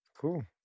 Cool